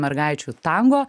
mergaičių tango